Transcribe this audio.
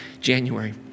January